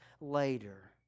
later